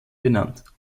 benannt